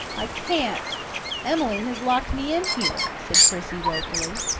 i can't em'line has locked me in here, said prissy woefully.